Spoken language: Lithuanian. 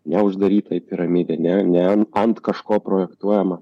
neuždarytą į piramidę ne ne ant kažko projektuojamą